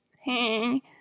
hey